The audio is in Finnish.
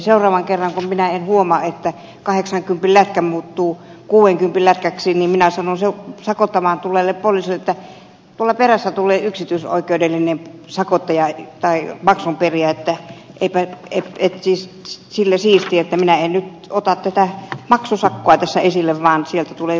seuraavan kerran kun minä en huomaa että kahdeksankympin lätkä muuttuu kuudenkympin lätkäksi niin minä sanon sakottamaan tulleelle poliisille että tuolla perässä tulee yksityisoikeudellinen maksun perijä ja sillä siisti minä en nyt ota vastaan tätä sakkomaksua koska sieltä tulee joku toinen yksityinen sakkojen perijä